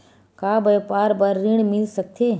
का व्यापार बर ऋण मिल सकथे?